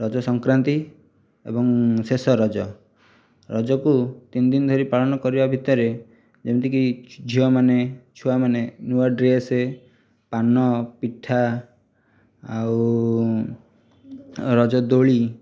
ରଜ ସଂକ୍ରାନ୍ତି ଏବଂ ଶେଷ ରଜ ରଜକୁ ତିନିଦିନ ଧରି ପାଳନ କରିବା ଭିତରେ ଯେମିତିକି ଝିଅମାନେ ଛୁଆମାନେ ନୂଆ ଡ୍ରେସ ପାନ ପିଠା ଆଉ ରଜ ଦୋଳି